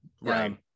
Right